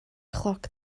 chloc